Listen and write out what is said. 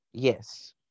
yes